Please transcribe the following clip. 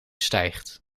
stijgt